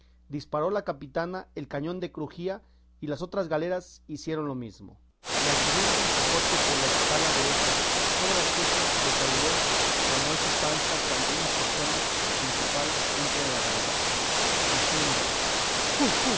disparó la capitana el cañón de crujía y las otras galeras hicieron lo mesmo y al subir don quijote por la escala derecha toda la chusma le saludó como es usanza cuando una persona principal entra en la galera diciendo